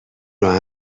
راه